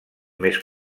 més